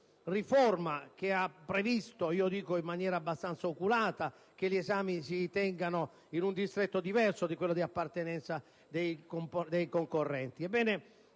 riforma che ha previsto - io dico: in maniera abbastanza oculata - che gli esami si tengano in un distretto diverso da quello di appartenenza dei concorrenti.